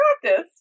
practice